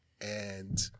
and-